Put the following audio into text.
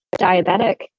diabetic